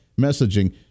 messaging